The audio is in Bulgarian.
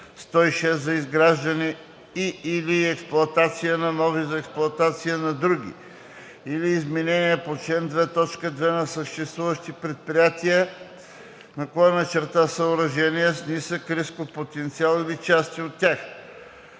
106 за изграждане и/или експлоатация на нови, за експлоатация на други или изменения по ал. 2, т. 2 на съществуващи предприятия/съоръжения с нисък рисков потенциал или части от тях.“